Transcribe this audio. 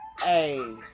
Hey